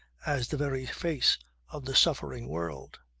as the very face of the suffering world.